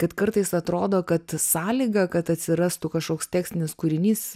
kad kartais atrodo kad sąlyga kad atsirastų kažkoks tekstinis kūrinys